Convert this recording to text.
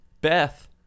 Beth